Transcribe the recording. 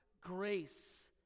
grace